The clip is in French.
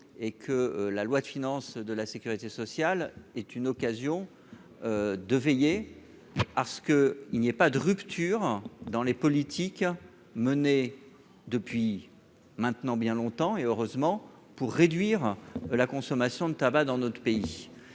projet de loi de financement de la sécurité sociale était une occasion de veiller à ce qu'il n'y ait pas de rupture dans les politiques menées depuis désormais bien longtemps- et c'est heureux -pour réduire la consommation de tabac dans notre pays.